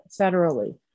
federally